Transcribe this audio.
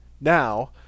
Now